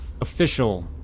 official